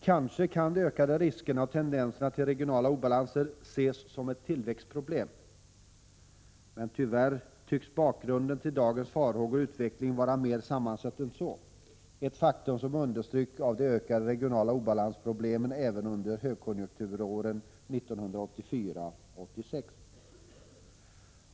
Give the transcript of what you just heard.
Kanske kan de ökade riskerna och tendenserna till regionala obalanser ses som tillväxtproblem. Men tyvärr tycks bakgrunden till dagens farhågor och utveckling vara mer sammansatt än så, något som understryks av problemen med ökad regional obalans även under högkonjunkturåren 1984-1986.